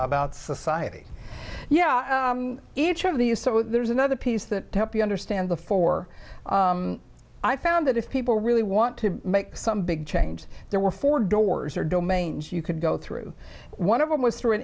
about society yeah each of these so there's another piece that helped you understand before i found that if people really want to make some big change there were four doors or domains you could go through one of them was through an